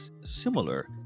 similar